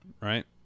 right